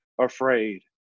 afraid